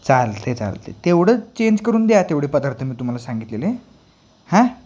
चालतं आहे चालतं आहे तेवढं चेंज करून द्या तेवढे पदार्थ मी तुम्हाला सांगितलेले हां